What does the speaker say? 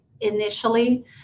initially